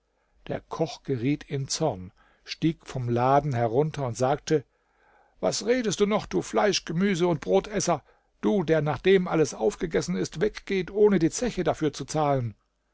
der koch geriet in zorn stieg vom laden herunter und sagte was redest du noch du fleisch gemüse und brotesser du der nachdem alles aufgegessen ist weggeht ohne die zeche dafür zu zahlen